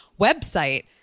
website